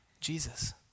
Jesus